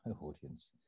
audience